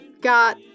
got